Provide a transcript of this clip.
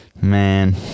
Man